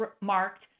marked